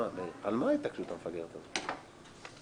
15:10) על מה ההתעקשות המפגרת הזאת?